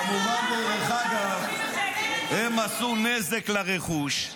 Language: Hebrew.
כמובן, הם עשו נזק לרכוש,